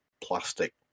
plastic